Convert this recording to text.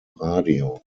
radio